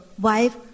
wife